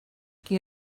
qui